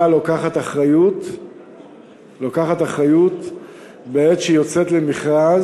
הממשלה, בעת שהיא יוצאת למכרז,